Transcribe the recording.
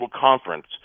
conference